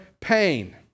pain